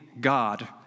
God